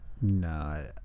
no